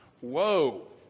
whoa